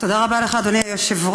תודה רבה לך, אדוני היושב-ראש.